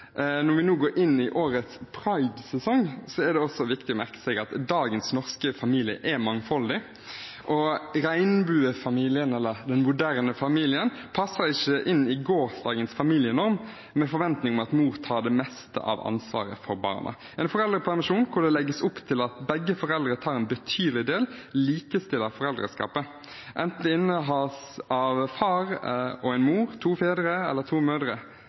dagens norske familier er mangfoldige, og regnbuefamilien, eller den moderne familien, passer ikke inn i gårsdagens familienorm med en forventning om at mor tar det meste av ansvaret for barna. En foreldrepermisjon hvor det legges opp til at begge foreldre tar en betydelig del, likestiller foreldreskapet, enten det innehas av en far og en mor, av to fedre eller av to mødre.